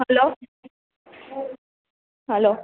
hello hello